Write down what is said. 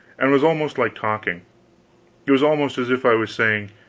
and was almost like talking it was almost as if i was saying,